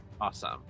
Awesome